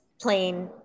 plain